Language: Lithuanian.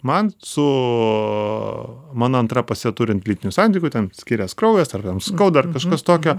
man su mano antra puse turint lytinių santykių ten skirias kraujas ar ten skauda ar kažkas tokio